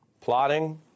Plotting